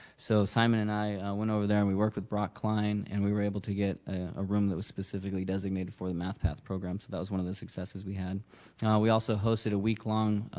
so simon and i went over there and we work with brock klein and we're able to get a room that was specifically designated for the math path program. so that was one of the successes we had. now we also hosted a week long